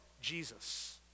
Jesus